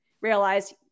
realize